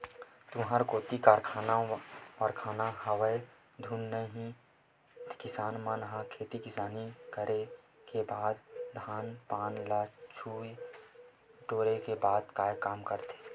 तुँहर कोती कारखाना वरखाना हवय धुन नइ हे किसान मन ह खेती किसानी करे के बाद धान पान ल लुए टोरे के बाद काय काम करथे?